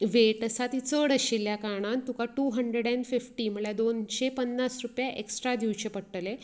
weight आसा ती चड आशिल्ल्या कारणान तुका टू हन्ड्रेड एन फिफ्टी म्हळ्यार दोनशे पन्नास रुपया एक्ट्रा दिवचे पडटले